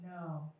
no